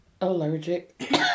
allergic